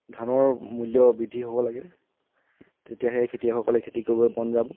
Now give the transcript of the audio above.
ধানৰ মূল্য বৃদ্ধি হ'ব লাগে তেতিয়াহে খেতিয়কসকলে খেতি কৰিব মন যাম